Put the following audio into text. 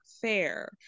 fair